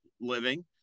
living